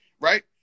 right